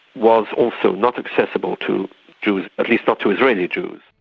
was also not accessible to jews, at least not to israeli jews.